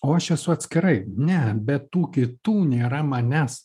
o aš esu atskirai ne be tų kitų nėra manęs